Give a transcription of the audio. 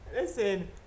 Listen